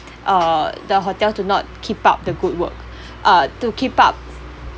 uh the hotel to not keep up the good work uh to keep up